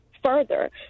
further